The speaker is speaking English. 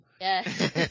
Yes